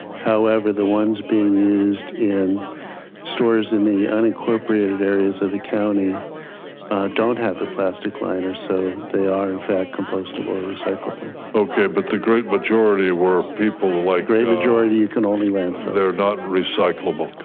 however the ones being used in stores in the unincorporated areas of the county don't have the plastic liner so they are in fact compostable and recyclable. okay but the great majority where people like great majority, you can only landfill. they're not recyclable.